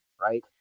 right